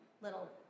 little